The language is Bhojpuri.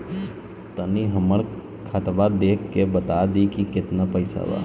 तनी हमर खतबा देख के बता दी की केतना पैसा बा?